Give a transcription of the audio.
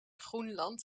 groenland